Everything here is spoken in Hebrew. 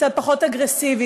קצת פחות אגרסיבי,